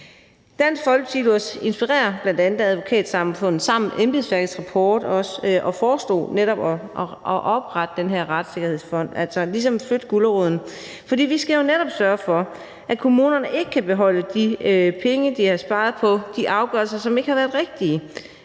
Dansk Folkeparti lod os inspirere af bl.a. Advokatsamfundet og også embedsværkets rapport og foreslog netop at oprette den her retssikkerhedsfond, altså ligesom at flytte guleroden, for vi skal jo netop sørge for, at kommunerne ikke kan beholde de penge, de har sparet på de afgørelser, som ikke har været rigtige